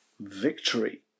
victory